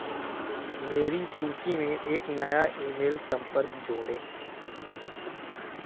मेरी सूची में एक नया ई मेल संपर्क जोड़ें